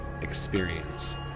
experience